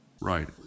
Right